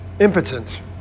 impotent